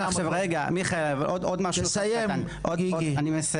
תסיים גיגי.